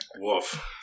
Woof